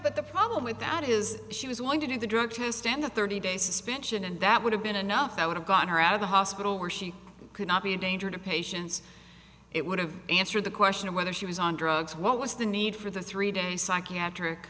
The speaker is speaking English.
but the problem with that is she was going to do the drug test and the thirty day suspension and that would have been enough i would have got her out of the hospital where she could not be a danger to patients it would have answered the question of whether she was on drugs what was the need for the three day psychiatric